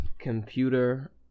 computer